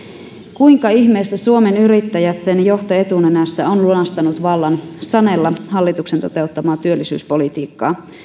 kuinka ihmeessä suomen yrittäjät sen johto etunenässä on lunastanut vallan sanella hallituksen toteuttamaa työllisyyspolitiikkaa